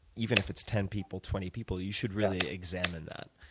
even if it's ten people, twenty people, you should really examine that.